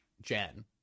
Jen